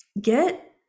get